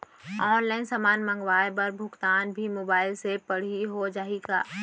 Online समान मंगवाय बर भुगतान भी मोबाइल से पड़ही हो जाही का?